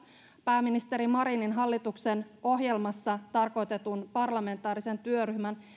pääministeri marinin hallituksen ohjelmassa tarkoitetun parlamentaarisen työryhmän